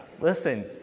Listen